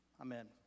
amen